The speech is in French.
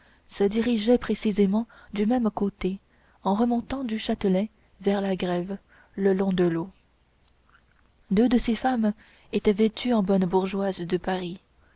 se dirigeaient précisément du même côté en remontant du châtelet vers la grève le long de l'eau deux de ces femmes étaient vêtues en bonnes bourgeoises de paris